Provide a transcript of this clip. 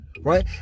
right